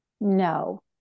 No